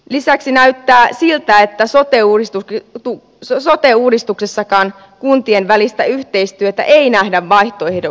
lisäksi näyttää siltä että sote uudistuksessakaan kuntien välistä yhteistyötä ei nähdä vaihtoehdoksi peruskunnalle